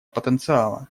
потенциала